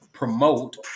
promote